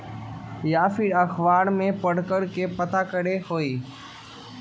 या फिर अखबार में पढ़कर के पता करे के होई?